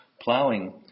Plowing